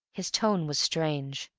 his tone was strange.